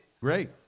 Great